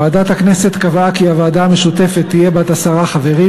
ועדת הכנסת קבעה כי הוועדה המשותפת תהיה בת עשרה חברים,